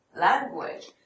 language